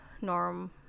norm